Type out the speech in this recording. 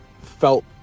felt